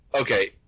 Okay